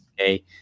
Okay